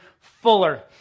Fuller